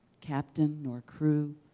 captain nor crew,